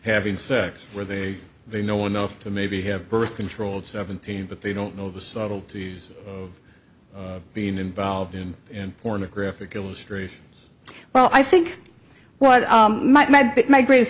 having sex where they they know enough to maybe have birth control at seventeen but they don't know the subtleties of being involved in an pornographic illustration well i think what my but my greatest